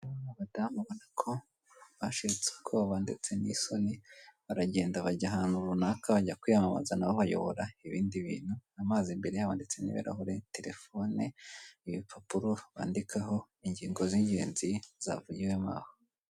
Abadamu ubona ko bashirutse ubwoba ndetse n'isoni, baragenda bajya ahantu runaka bajya kwiyamamaza na bo bayobora ibindi bintu. Amazi imbere yabo ndetse n'ibirahure, telefone, ibipapuro bandikaho ingingo z'ingenzi zavugiwemo aho.